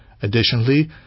Additionally